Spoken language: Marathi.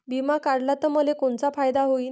बिमा काढला त मले कोनचा फायदा होईन?